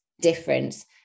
difference